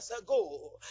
ago